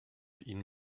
ihn